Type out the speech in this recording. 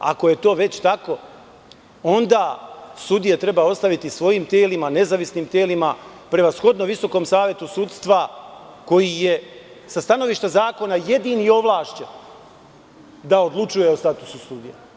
Ako je to već tako, onda sudije treba ostaviti svojim telima, nezavisnim telima, prevashodno Visokom savetu sudstva koji je sa stanovišta zakona jedini ovlašćen da odlučuje o statusu sudije.